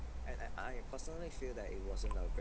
and I I personally feel that it wasn't no